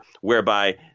whereby